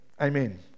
amen